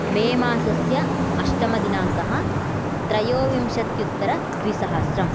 मे मासस्य अष्टमदिनाङ्कः त्रयोविंशत्युत्तर द्विसहस्रम्